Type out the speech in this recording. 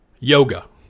yoga